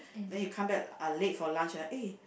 then you come back uh late from lunch ah eh